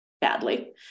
badly